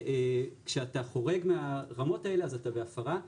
וכשאתה חורג מהרמות האלה אז אתה בהפרה.